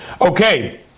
Okay